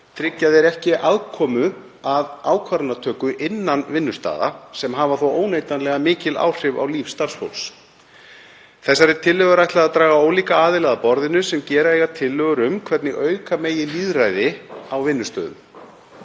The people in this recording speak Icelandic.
tryggja þeir ekki aðkomu að ákvarðanatöku innan vinnustaða sem hefur þó óneitanlega mikil áhrif á líf starfsfólks. Þessari tillögu er ætlað að draga ólíka aðila að borðinu sem gera eiga tillögur um hvernig auka megi lýðræði á vinnustöðum.